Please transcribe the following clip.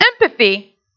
empathy